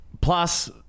Plus